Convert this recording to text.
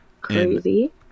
Crazy